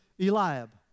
Eliab